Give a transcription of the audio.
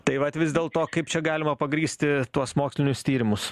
tai vat vis dėlto kaip čia galima pagrįsti tuos mokslinius tyrimus